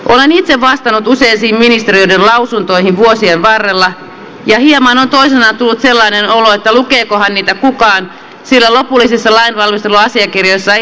olen itse vastannut useisiin ministeriöiden lausuntopyyntöihin vuosien varrella ja toisinaan on tullut hieman sellainen olo että lukeekohan niitä kukaan sillä lopullisissa lainvalmisteluasiakirjoissa ei ole ollut niistä mitään mainintaa